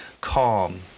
calm